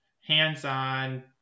Hands-on